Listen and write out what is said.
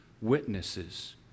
witnesses